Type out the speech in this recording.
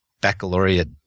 baccalaureate